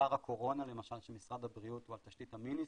אתר הקורונה למשל של משרד הבריאות הוא על תשתית המיניסייט,